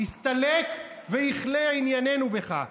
הסתלק, ויכלה ענייננו בך.